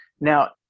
Now